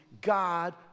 God